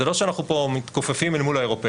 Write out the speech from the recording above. זה לא שאנחנו פה מתכופפים אל מול האירופאים,